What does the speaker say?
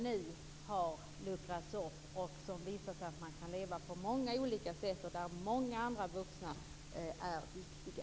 Nu har den luckrats upp, och det har visat sig att man kan leva på många olika sätt där många andra vuxna är viktiga.